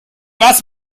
was